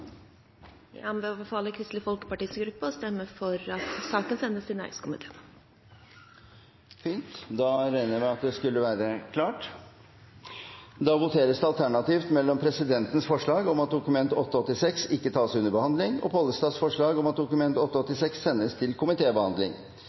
Jeg anbefaler Kristelig Folkepartis gruppe å stemme for at saken sendes til næringskomiteen. Da regner jeg med at det skulle være klart. Det voteres alternativ mellom presidentens forslag om at Dokument 8:86 S for 2013–2014 ikke tas under behandling, og Pollestads forslag om at Dokument